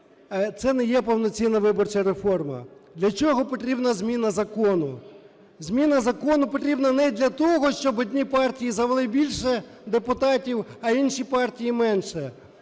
це не є повноцінна виборча реформа. Для чого потрібна зміна закону? Зміна закону потрібна не для того, щоб одні партії завели більше депутатів, а інші партії – менше.